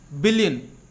billion